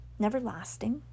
Neverlasting